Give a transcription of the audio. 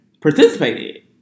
participated